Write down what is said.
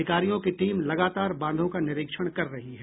अधिकारियों की टीम लगातार बांधों का निरीक्षण कर रही है